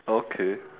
okay